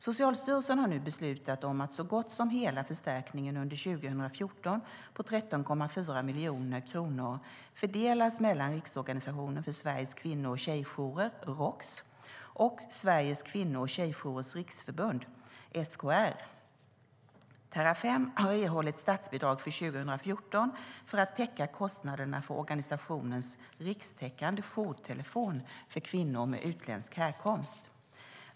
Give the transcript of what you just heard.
Socialstyrelsen har nu beslutat om att så gott som hela förstärkningen under 2014 på 13,4 miljoner kronor fördelas mellan Riksorganisationen för kvinnojourer och tjejjourer i Sverige, Roks, och Sveriges Kvinno och Tjejjourers Riksförbund, SKR. Terrafem har erhållit statsbidrag för 2014 för att täcka kostnaderna för organisationens rikstäckande jourtelefon för kvinnor med utländsk härkomst.